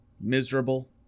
miserable